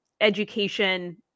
education